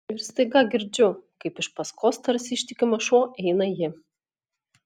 ir staiga girdžiu kaip iš paskos tarsi ištikimas šuo eina ji